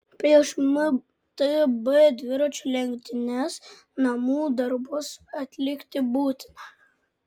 prieš mtb dviračių lenktynes namų darbus atlikti būtina